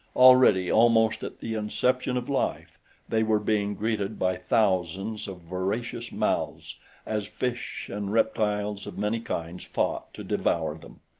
already almost at the inception of life they were being greeted by thousands of voracious mouths as fish and reptiles of many kinds fought to devour them,